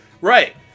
right